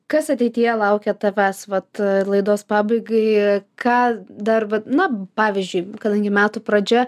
kas ateityje laukia tavęs vat laidos pabaigai ką dar vat na pavyzdžiui kadangi metų pradžia